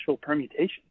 permutations